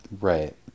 Right